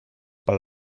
pel